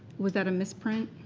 was that a misprint?